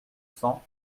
cents